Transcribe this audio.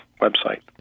website